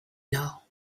know